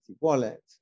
wallet